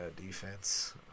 defense